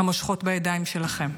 המושכות בידיים שלכם,